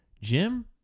Jim